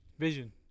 vision